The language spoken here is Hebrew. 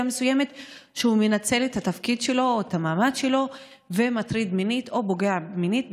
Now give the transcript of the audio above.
מסוימת מנצל את התפקיד שלו או את המעמד שלו ומטריד מינית או פוגע מינית,